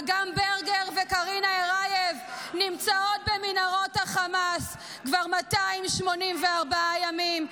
אגם ברגר וקרינה ארייב נמצאות במנהרות החמאס כבר 284 ימים.